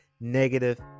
negative